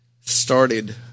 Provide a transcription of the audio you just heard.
started